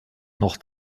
noch